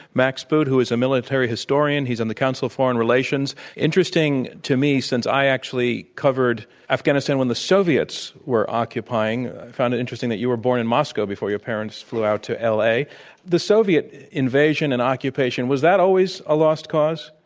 max boot, who is a military historian. he's on the council of foreign relations. interesting to me since i actually covered afghanistan when the soviets were occupying, i found it interesting that you were born in moscow before your parents flew out to l. a. but the soviet invasion and occupation, was that always a lost cause?